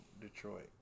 Detroit